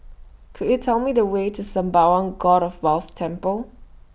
Could YOU Tell Me The Way to Sembawang God of Wealth Temple